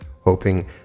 hoping